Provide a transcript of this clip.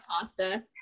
pasta